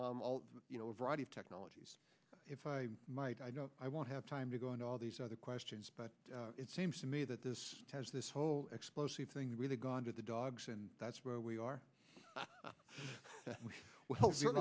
you know a variety of technologies if i might i know i won't have time to go into all these other questions but it seems to me that this has this whole explosive thing really gone to the dogs and that's where we are we